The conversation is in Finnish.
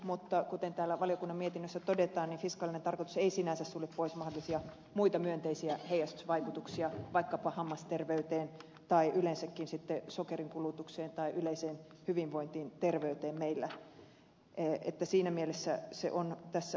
mutta kuten täällä valiokunnan mietinnössä todetaan fiskaalinen tarkoitus ei sinänsä sulje pois mahdollisia muita myönteisiä heijastusvaikutuksia vaikkapa hammasterveyteen tai sitten yleensäkin sokerinkulutukseen tai yleiseen hyvinvointiin terveyteen meillä että siinä mielessä se on tässä huomattu